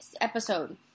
episode